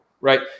right